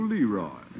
Leroy